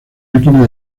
máquina